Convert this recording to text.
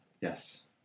Yes